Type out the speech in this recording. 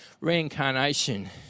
Reincarnation